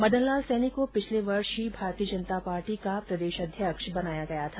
मदन लाल सैनी को पिछले वर्ष ही भारतीय जनता पार्टी का प्रदेश अध्यक्ष बनाया गया था